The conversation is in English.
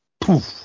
Poof